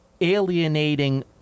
alienating